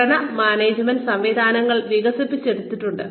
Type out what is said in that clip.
പ്രകടന മാനേജ്മെന്റ് സംവിധാനങ്ങൾ വികസിപ്പിച്ചെടുത്തിട്ടുണ്ട്